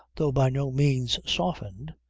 though by no means softened,